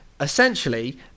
essentially